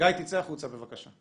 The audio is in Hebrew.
צא החוצה בבקשה.